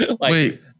Wait